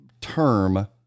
term